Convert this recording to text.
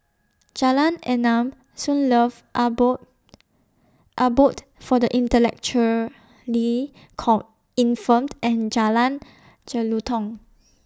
Jalan Enam Sunlove Abode Abode For The Intellectually Come Infirmed and Jalan Jelutong